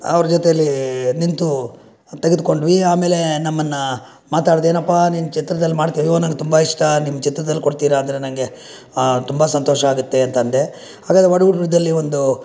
ಅವರ ಜೊತೆಯಲ್ಲಿ ನಿಂತು ತೆಗೆದುಕೊಂಡ್ವಿ ಆಮೇಲೆ ನಮ್ಮನ್ನು ಮಾತಾಡ್ದೇ ಏನಪ್ಪಾ ನೀನು ಚಿತ್ರದಲ್ಲಿ ಮಾಡ್ತೀಯೋ ಅಯ್ಯೋ ನನಗೆ ತುಂಬ ಇಷ್ಟ ನಿಮ್ಮ ಚಿತ್ರದಲ್ಲಿ ಕೊಡ್ತೀರಾ ಅಂದರೆ ನನಗೆ ತುಂಬ ಸಂತೋಷ ಆಗತ್ತೆ ಅಂತ ಅಂದೆ ಹಾಗಾದರೆ ಒಡಹುಟ್ಟಿದವ್ರಲ್ಲಿ ಒಂದು